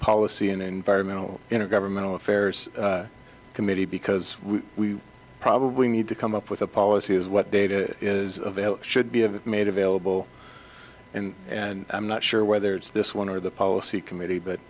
policy an environmental intergovernmental affairs committee because we probably need to come up with a policy is what data is should be of it made available and and i'm not sure whether it's this one or the policy committee but